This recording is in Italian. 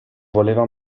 voleva